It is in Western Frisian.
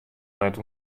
net